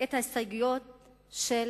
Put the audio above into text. את ההסתייגויות לא